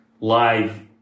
live